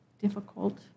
difficult